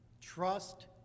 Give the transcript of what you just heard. trust